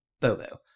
Bobo